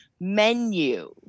menu